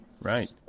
Right